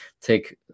take